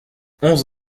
onze